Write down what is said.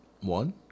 One